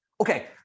Okay